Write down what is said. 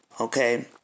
okay